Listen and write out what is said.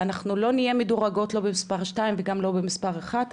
ואנחנו לא נהיה מדורגות במספר שתיים וגם לא במספר אחת,